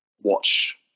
watch